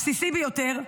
הבסיסי ביותר,